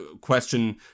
question